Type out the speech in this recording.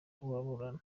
ababurana